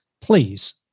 please